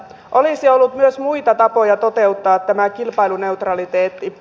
olisi ollut myös muita tapoja toteuttaa tämä kilpailuneutraliteetti